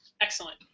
Excellent